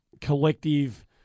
collective